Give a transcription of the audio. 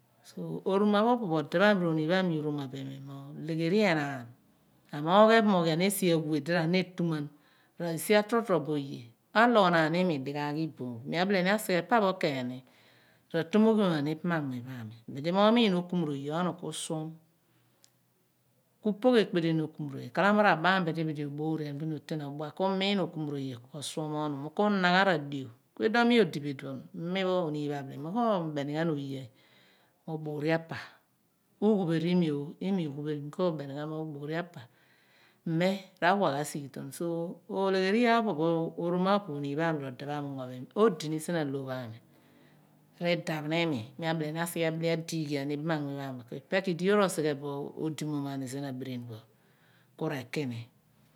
So oroma pho opo pho ode pho ame r´oniin pho anii urooma bo iimi mo leghere enaan amoogh ephomoghen esi awe di r`ana etuman esi a´totrobo oye aloghonaan inii dighaash iboom mi abike ni asghe pa pho ooni ken ratomughom aaighan isam anmuny ami bull mo miin okumoor oye onina ku/suon ku/pogh ekpellen okumoroye ghalamo r`abaam buli, buli oboorian oton odua, ku miin okumo oye ku osuon mi ki inagham o adio mo abidi osnom okumonye ohm ghalamo iduon mi odibo ulnon mi pho onin pho abidi min ko bem ghan oye mo berrian pa ughupheri iim ou mo imi u/ghuphon mi ko/waghan sighiron so obegher, iyaar pho r´ooroma pho ode pho ami anno bo iimi odini siphe aloor pho ami r`idaph ni iimi nn abile ni asughe ken adughi aani ibamanmuny pho ami ku ipe kh teli yoor osighe bo ku odimom aani sien abnin pho ku re ki ni.